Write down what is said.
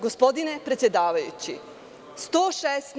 Gospodine predsedavajući član 116.